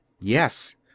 Yes